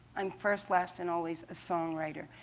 i'm first, last, and always a songwriter.